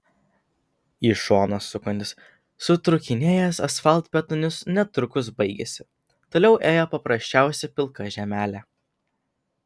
į šoną sukantis sutrūkinėjęs asfaltbetonis netrukus baigėsi toliau ėjo paprasčiausia pilka žemelė